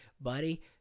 buddy